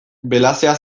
belazea